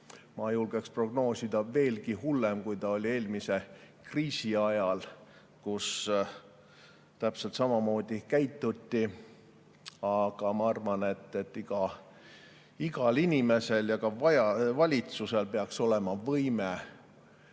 ma julgeks prognoosida, veelgi hullem, kui see oli eelmise kriisi ajal, kui täpselt samamoodi käituti. Aga ma arvan, et igal inimesel ja ka valitsusel peaks olema võime